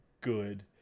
good